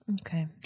Okay